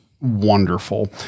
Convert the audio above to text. wonderful